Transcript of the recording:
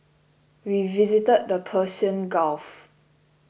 we visited the Persian Gulf